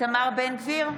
איתמר בן גביר,